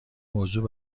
موضوع